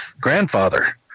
grandfather